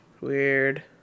Weird